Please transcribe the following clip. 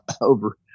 over